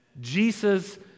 Jesus